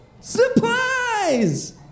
Surprise